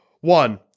One